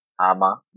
Ama